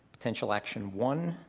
potential action one,